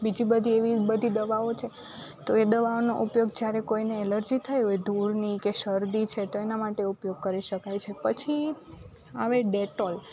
બીજી બધી એવી બધી દવાઓ છે તો એ દવાનો ઉપયોગ જ્યારે કોઇને એલર્જી થઈ હોય ધૂળની કે શરદી છે તો એના માટે ઉપયોગ કરી શકાય છે પછી આવે ડેટોલ